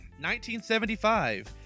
1975